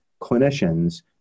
clinicians